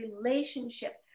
relationship